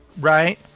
right